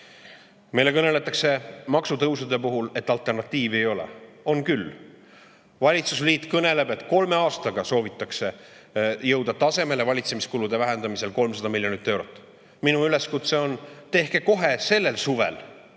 Meile kõneldakse maksutõusude puhul, et alternatiivi ei ole. On küll! Valitsusliit kõneleb, et kolme aastaga soovitakse jõuda valitsemiskulude vähendamisel 300 miljoni euro tasemele. Minu üleskutse on, et tehke kohe sellel suvel